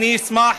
אשמח,